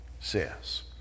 says